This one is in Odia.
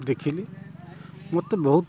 ଦେଖିଲି ମୋତେ ବହୁତ